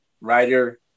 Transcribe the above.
writer